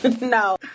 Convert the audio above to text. No